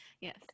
Yes